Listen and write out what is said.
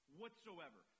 whatsoever